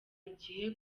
igihe